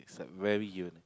it's a very unique